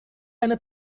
eine